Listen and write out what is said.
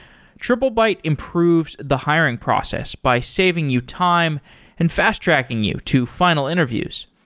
triplebyte improves the hiring process by saving you time and fast-tracking you to final interviews.